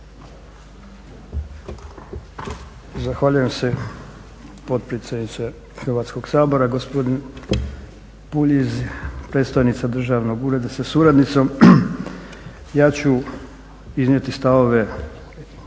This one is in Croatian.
Zahvaljujem se potpredsjednice Hrvatskog sabora. Gospodin Puljiz, predstojnica državnog ureda sa suradnicom. Ja ću iznijeti stavove